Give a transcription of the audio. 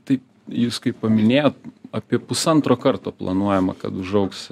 tai jūs kaip paminėjot apie pusantro karto planuojama kad užaugs